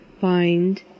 find